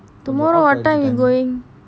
tomorrow our time you going